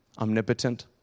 omnipotent